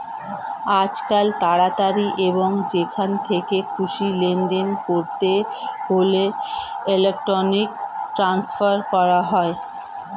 আজকাল তাড়াতাড়ি এবং যেখান থেকে খুশি লেনদেন করতে হলে ইলেক্ট্রনিক ট্রান্সফার করা হয়